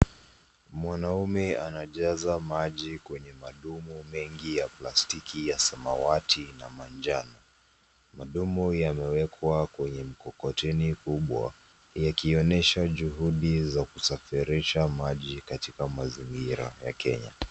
Mwanaume anajaza maji kwenye madumu mengi ya plastiki ya samawati na manjano. Madumu yamewekwa kwenye mkokoteni mkubwa yakionyesha juhudi za kusafirisha maji katika mazingira ya kenya.